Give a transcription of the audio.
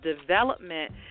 development